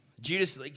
Judas